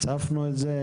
הצפנו את הנושאים,